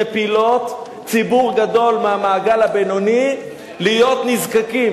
מפילות ציבור גדול מהמעגל הבינוני להיות נזקקים.